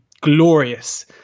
glorious